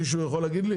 מישהו יכול להגיד לי?